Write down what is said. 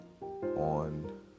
on